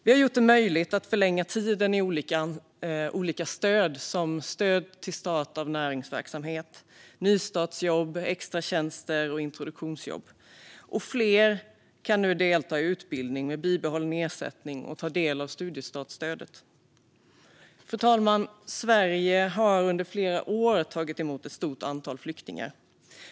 Vi har gjort det möjligt att förlänga tiden i olika stöd, exempelvis till start av näringsverksamhet, nystartsjobb, extratjänster och introduktionsjobb. Fler kan nu delta i utbildning med bibehållen ersättning och ta del av studiestartsstödet. Fru talman! Sverige har under flera år tagit emot ett stort antal flyktingar.